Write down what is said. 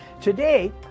Today